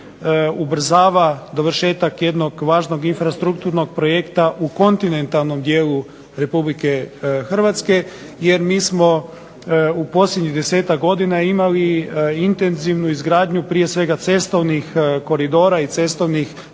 ubrzava dovršetak jednog važnog infrastrukturnog projekta u kontinentalnom dijelu Republike Hrvatske, jer mi smo u posljednjih 10-ak godina imali intenzivnu izgradnju prije svega cestovnih koridora, i cestovne